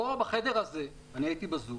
פה בחדר הזה אני הייתי בזום